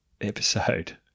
episode